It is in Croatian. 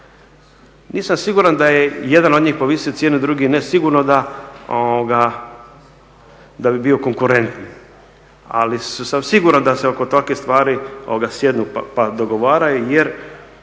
Nisam siguran da je jedan od njih povisio cijenu, a drugi ne sigurno da bi bio konkurentniji ali sam siguran da se oko takvih stvari sjednu pa dogovaraju jer